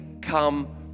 come